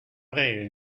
vrai